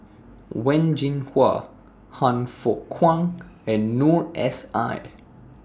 Wen Jinhua Han Fook Kwang and Noor S I